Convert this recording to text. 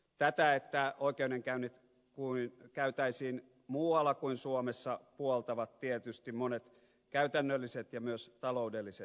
tätä että oikeudenkäynnit käytäisiin muualla kuin suomessa puoltavat tietysti monet käytännölliset ja myös taloudelliset seikat